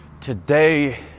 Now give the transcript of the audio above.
today